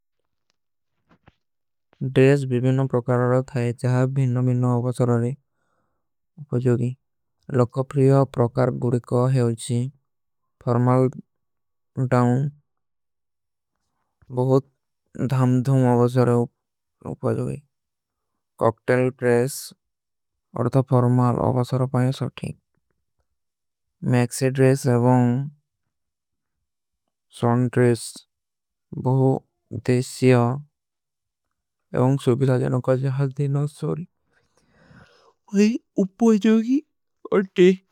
ଡ୍ରେସ ଭୀଭୀନ ପ୍ରକାରାରା ଥାଈ ଜହାଁ ଭୀନ ଭୀନ ଆପଚାରାରେ ଉପଜୋଗୀ। ଲକ୍କପ୍ରିଯା ପ୍ରକାର ଗୁଡେ କା ହୈ ଉଚ୍ଛୀ ଫର୍ମାଲ ଡାଉଂ। ବହୁତ ଧାମଧୁମ ଆପଚାରେ ଉପଜୋଗୀ କକ୍ଟେଲ ଡ୍ରେସ ଅର୍ଥା ଫର୍ମାଲ। ଆପଚାରା ପାଯେଂ ସଠୀ ମୈକସେ ଡ୍ରେସ ଅବଂଗ ସନ ଡ୍ରେସ ବହୁତ ଧେଶିଯା। ଏବଂଗ ସୂପିତା ଜାନା କା ଜାହର ଦେନା ସୋରୀ। ଉପଜୋଗୀ ଅର୍ଥେ।